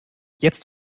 jetzt